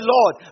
Lord